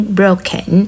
broken